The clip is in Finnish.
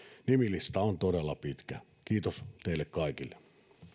nimilista on todella pitkä kiitos teille kaikille